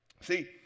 See